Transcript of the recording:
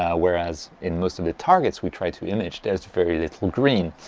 ah whereas in most of the targets we try to image there's very little green.